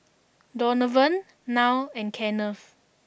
Donovan Nile and Kenneth